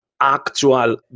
actual